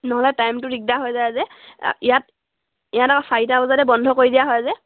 নহ'লে টাইমটো দিগদাৰ হৈ যায় যে ইয়াত ইয়াত আকৌ চাৰিটা বজাতে বন্ধ কৰি দিয়া হয় যে